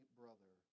brother